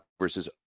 versus